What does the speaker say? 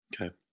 Okay